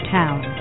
town